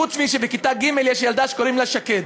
חוץ מזה שבכיתה ג' יש ילדה שקוראים לה שקד.